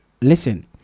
listen